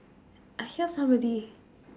I hear somebody